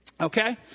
Okay